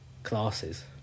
classes